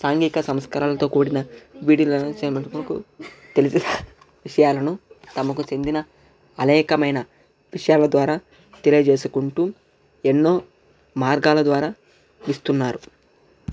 సాంఘిక సంస్కరణలతో కూడిన వీటి తెలిసిన విషయాలను తమకు చెందిన అనేకమైన విషయాల ద్వారా తెలియజేసుకుంటూ ఎన్నో మార్గాల ద్వారా ఇస్తున్నారు